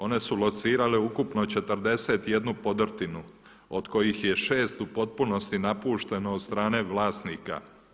One su locirale ukupno 41 podrtinu od kojih j 6 u potpunosti napušteno od strane vlasnika.